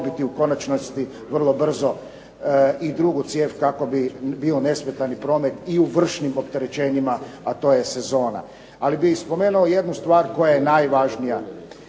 dobiti u konačnici vrlo brzo i drugu cijev kako bi bio nesmetani promet i u vršnim opterećenjima, a to je sezona. Ali bih spomenuo jednu stvar koja je najvažnija